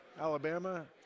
Alabama